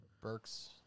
Burks